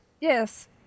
Yes